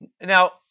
Now